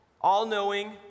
all-knowing